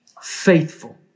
faithful